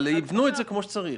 יבנו את זה כמו שצריך.